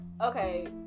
okay